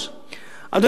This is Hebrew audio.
אדוני היושב-ראש,